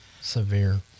severe